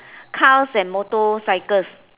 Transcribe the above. cars and motorcycles